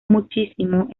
muchísimo